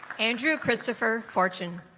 andrew christopher fortune